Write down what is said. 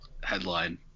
headline